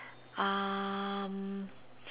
um